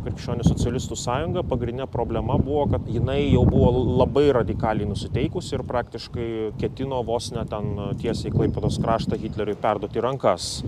krikščionių socialistų sąjunga pagrindinė problema buvo kad jinai jau buvo labai radikaliai nusiteikusi ir praktiškai ketino vos ne ten tiesiai klaipėdos kraštą hitleriui perduoti į rankas